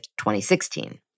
2016